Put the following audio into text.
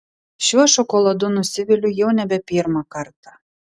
šiuo šokoladu nusiviliu jau nebe pirmą kartą